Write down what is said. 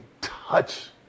touch